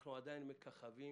אנחנו עדיין מככבים